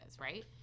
right